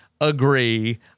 agree